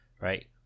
right